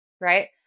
right